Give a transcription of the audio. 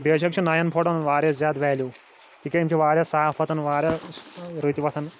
بے شَک چھِ نَیَن فوٹوَن واریاہ زیادٕ ویلیوٗ تِکیٛازِ یِم چھِ واریاہ صاف وَتھان واریاہ رٕتۍ وَتھان